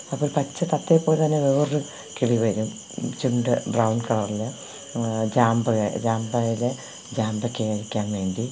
അപ്പോള് പച്ചത്തത്തയെപ്പോലെ തന്നെ വേറൊരു കിളി വരും ചുണ്ട് ബ്രൌണ് കളറില് ജാമ്പവെ ജാമ്പയില് ജാമ്പയ്ക്ക കഴിക്കാന് വേണ്ടി